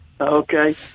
okay